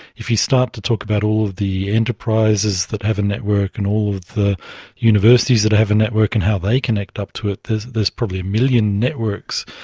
if you start to talk about all of the enterprises that have a network and all of the universities that have a network and how they connect up to it, there's probably a million networks,